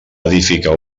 edificar